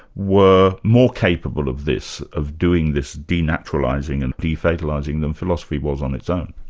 were more capable of this, of doing this denaturalising and defatalising than philosophy was on its own.